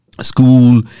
school